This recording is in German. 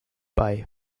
bei